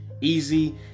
easy